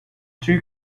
two